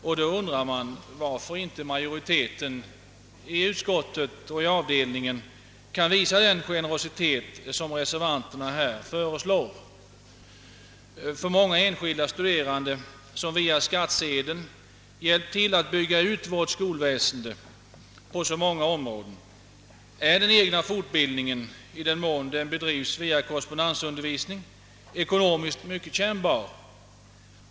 Man undar då varför inte majoriteten i utskottet och avdelningen kan visa den generositet som reservanterna här föreslår. För många enskilda studerande, som via skattsedeln hjälpt till att bygga ut vårt skolväsende på så många områden, är den egna fortbildningen, i den mån den bedrivs via korrespondensundervisning, ekonomiskt mycket kännbar.